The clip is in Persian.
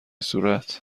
صورت